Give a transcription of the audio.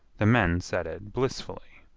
the men said it blissfully,